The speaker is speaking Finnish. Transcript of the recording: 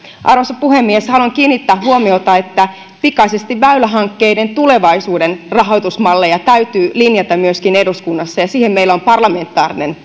arvoisa puhemies haluan kiinnittää huomiota siihen että väylähankkeiden tulevaisuuden rahoitusmalleja täytyy pikaisesti linjata myöskin eduskunnassa ja siihen meillä on parlamentaarinen